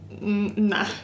nah